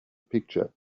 picture